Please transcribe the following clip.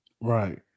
Right